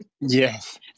Yes